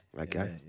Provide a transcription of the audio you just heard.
Okay